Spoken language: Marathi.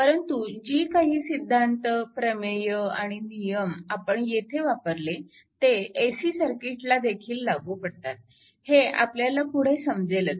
परंतु जी काही सिद्धांत प्रमेय आणि नियम आपण येथे वापरले ते AC सर्किट्सला देखील लागू पडतात हे आपल्याला पुढे समजेलच